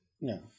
No